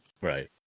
Right